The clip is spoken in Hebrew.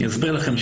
אני אסביר לכם,